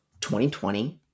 2020